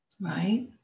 right